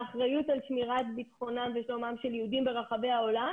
האחריות על שמירת ביטחונם ושלומם של יהודים ברחבי העולם